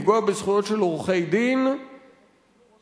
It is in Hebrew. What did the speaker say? לפגוע בזכויות של עורכי-דין ולהקנות